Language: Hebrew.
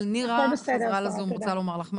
אבל נירה חזרה לזום, רוצה לומר לך משהו.